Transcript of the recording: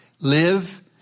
live